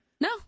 No